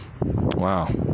Wow